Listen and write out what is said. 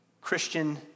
Christian